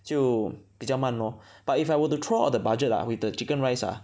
就比较慢 lor but if I were to throw out the budget ah with the chicken rice ah